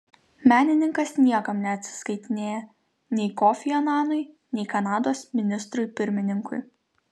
menininkas niekam neatsiskaitinėja nei kofiui ananui nei kanados ministrui pirmininkui